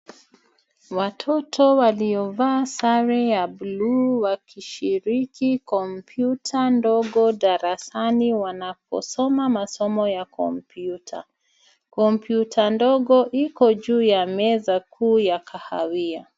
Watoto waliovaa sare ya buluu wakishiriki kompyuta ndogo darasani wanaposoma masomo ya kompyuta. Komyuta ndogo iko juu ya meza kuu ya kahawia.